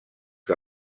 que